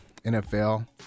NFL